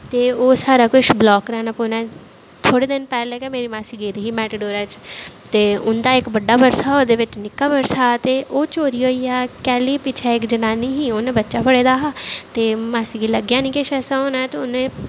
ते ओह् सारा कुछ ब्लाक कराना पौना ऐ थोह्ड़े दिन पैह्लें गै मेरी मासी गेदी ही मैटाडोरा च ते उं'दा इक बड्डा पर्स हा ओह्दे बिच्च निक्का पर्स हा ते ओह् चोरी होई गेई कैह्ल्ली पिच्छें इक जनानी ही उ'नें बच्चा फड़े दा हा ते मासी गी लग्गेआ नी कुछ ऐसा होना ऐ ते उ'नें